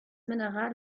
mineral